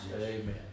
Amen